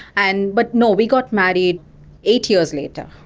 and but no, we got married eight years later.